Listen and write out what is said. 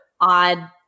odd